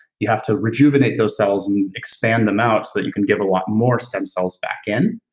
you have to rejuvenate those cells and expand them out so that you can give a lot more stem cells back in,